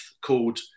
called